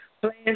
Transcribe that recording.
plans